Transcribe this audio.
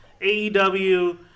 AEW